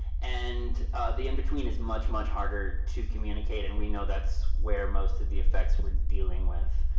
and the in-between is much, much harder to communicate, and we know that's where most of the effects we're dealing with